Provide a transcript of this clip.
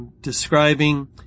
describing